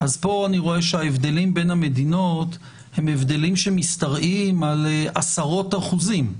פה אני רואה שההבדלים בין המדינות הם הבדלים שמשתרעים על עשרות אחוזים.